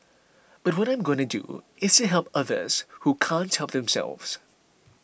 but what I'm going to do is to help others who can't help themselves